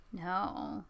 No